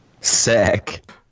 Sick